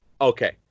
Okay